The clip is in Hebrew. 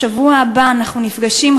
בשבוע הבא אנחנו נפגשים,